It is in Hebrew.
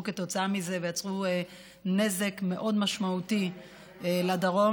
כתוצאה מזה ויצרו נזק מאוד משמעותי לדרום,